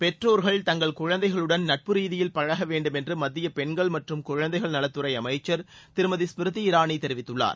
பெற்றோர்கள் தங்கள் குழந்தைகளுடன் நட்பு ரீதியில் பழக வேண்டும் என்று மத்திய பெண்கள் மற்றும் குழந்தைகள் நலத்துறை அமைச்சர் திருமதி ஸ்மிருதி இராவி தெரிவித்துள்ளார்